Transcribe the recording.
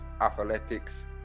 athletics